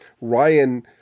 Ryan